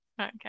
okay